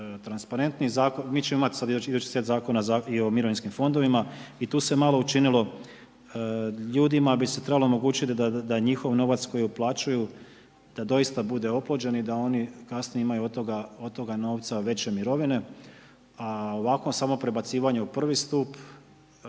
transparentniji, mi ćemo imat sad idući set zakona i o mirovinskim fondovima i tu se malo učinilo, ljudima bi se trebalo omogućit da njihov novac koji uplaćuju da doista bude oplođen i da oni kasnije imaju od toga novca veće mirovine, a ovako samo prebacivanje u prvi stup